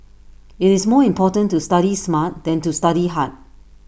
IT is more important to study smart than to study hard